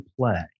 play